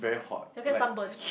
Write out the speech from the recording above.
they will get sunburn